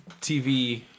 TV